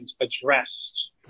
addressed